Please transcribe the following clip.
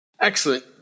Excellent